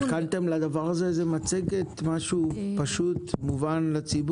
הכנתם לדבר הזה מצגת, משהו פשוט לציבור?